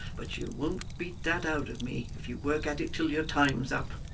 but you won't beat that out of me, if you work at it till your time's up